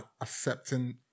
accepting